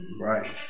Right